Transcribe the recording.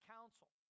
Council